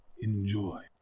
enjoy